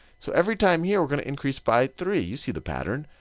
so every time here we're going to increase by three. you see the pattern.